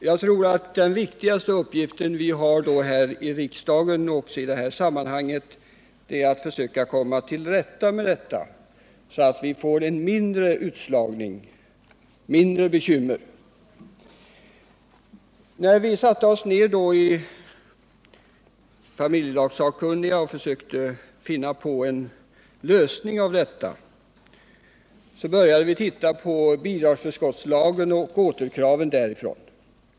Vår viktigaste uppgift här i riksdagen i detta sammanhang är att försöka komma till rätta med problemen, med färre utslagna och mindre bekymmer som följd. När vi i familjelagssakkunniga satte oss ned och försökte finna en lösning på detta problem började vi med att se på bidragsförskottslagen och återkraven därifrån.